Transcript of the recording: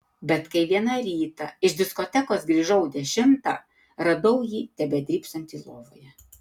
bet kai vieną rytą iš diskotekos grįžau dešimtą radau jį tebedrybsantį lovoje